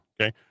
Okay